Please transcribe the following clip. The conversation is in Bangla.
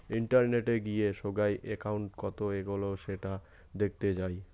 ইন্টারনেটে গিয়ে সোগায় একউন্ট কত এগোলো সেটা দেখতে যাই